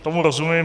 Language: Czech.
Tomu rozumím.